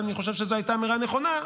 ואני חושב שזו הייתה אמירה נכונה,